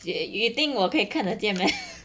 you you think 我可以看得见 meh